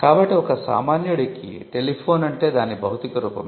కాబట్టి ఒక సామాన్యుడికి టెలిఫోన్ అంటే దాని బౌతిక రూపమే